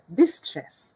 distress